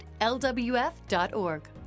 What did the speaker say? lwf.org